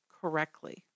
correctly